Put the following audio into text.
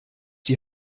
die